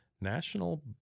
National